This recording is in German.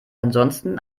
ansonsten